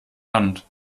hand